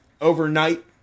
overnight